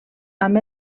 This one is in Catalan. amb